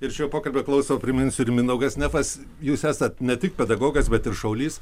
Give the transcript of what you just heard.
ir šio pokalbio klauso priminsiu ir mindaugas nefas jūs esat ne tik pedagogas bet ir šaulys